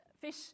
Fish